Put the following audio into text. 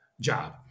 job